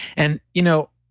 and you know,